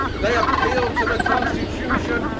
they appealed to the constitution,